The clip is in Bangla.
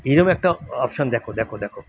এইরকম একটা অপশান দেখো দেখো দেখো